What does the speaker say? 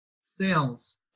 sales